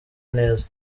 neza